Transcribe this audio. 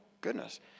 goodness